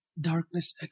darkness